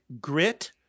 grit